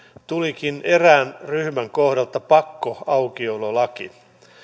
tulikin erään ryhmän kohdalta pakkoaukiololaki